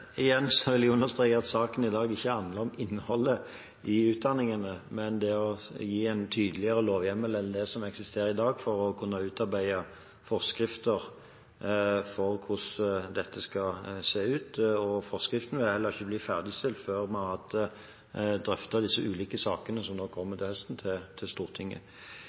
vil jeg understreke at saken i dag ikke handler om innholdet i utdanningene, men det å gi en tydeligere lovhjemmel enn det som eksisterer i dag for å kunne utarbeide forskrifter for hvordan dette skal se ut, og forskriftene vil heller ikke bli ferdigstilt før vi har drøftet disse ulike sakene, som kommer til Stortinget til